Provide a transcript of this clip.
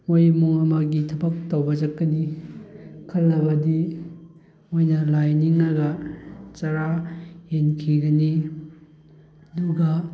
ꯃꯣꯏ ꯏꯃꯨꯡ ꯑꯃꯒꯤ ꯊꯕꯛ ꯇꯧꯕ ꯆꯠꯀꯅꯤ ꯈꯜꯂꯕꯗꯤ ꯃꯣꯏꯅ ꯂꯥꯏꯅꯤꯡꯂꯒ ꯆꯔꯥ ꯍꯦꯟꯈꯤꯒꯅꯤ ꯑꯗꯨꯒ